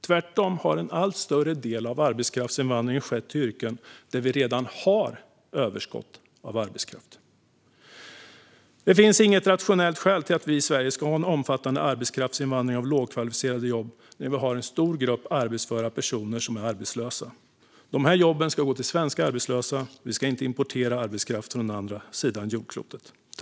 Tvärtom har en allt större del av arbetskraftsinvandringen skett till yrken där vi redan har ett överskott av arbetskraft. Det finns inget rationellt skäl till att vi i Sverige ska ha en omfattande arbetskraftsinvandring till lågkvalificerade jobb när vi har en stor grupp arbetsföra personer som är arbetslösa. Dessa jobb ska gå till svenska arbetslösa, och vi ska inte importera arbetskraft från andra sidan jordklotet.